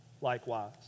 Likewise